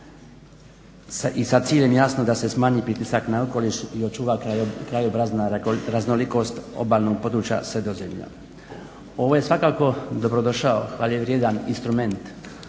i sa ciljem jasno da se smanji pritisak na okoliš i očuva krajobrazna raznolikost obalnog područja Sredozemlja. Ovo je svakako dobrodošao, hvalevrijedan instrument